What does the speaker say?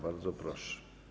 Bardzo proszę.